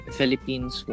Philippines